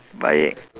baik